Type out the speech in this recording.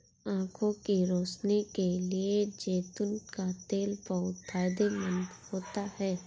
आंखों की रोशनी के लिए जैतून का तेल बहुत फायदेमंद होता है